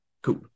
Cool